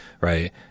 right